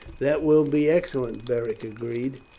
that will be excellent, beric agreed,